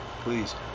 please